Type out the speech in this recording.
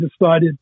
decided